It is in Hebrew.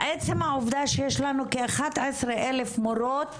מה עצם העובדה שיש לנו כ-11,000 מורות